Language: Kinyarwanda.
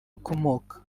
akomoka